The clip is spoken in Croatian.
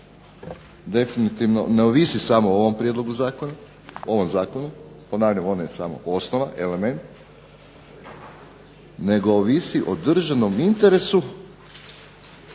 definitivno ne ovisi samo o ovom prijedlogu zakona, o ovom zakonu. Ponavljam, ono je samo osnova, element, nego ovisi o državnom interesu